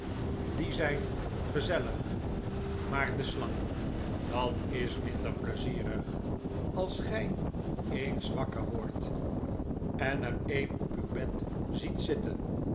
die zijn gezellig maar de slangen dat is minder pleizierig als gij eens wakker wordt en er een op uw bed ziet zitten